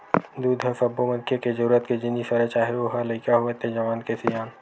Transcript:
दूद ह सब्बो मनखे के जरूरत के जिनिस हरय चाहे ओ ह लइका होवय ते जवान ते सियान